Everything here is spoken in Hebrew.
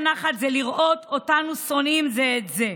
נחת זה לראות אותנו שונאים זה את זה.